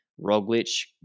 Roglic